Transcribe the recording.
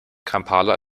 kampala